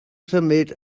symud